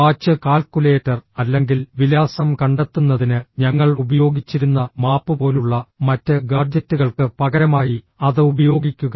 watch calculator അല്ലെങ്കിൽ വിലാസം കണ്ടെത്തുന്നതിന് ഞങ്ങൾ ഉപയോഗിച്ചിരുന്ന മാപ്പ് പോലുള്ള മറ്റ് ഗാഡ്ജെറ്റുകൾക്ക് പകരമായി അത് ഉപയോഗിക്കുക